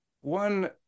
One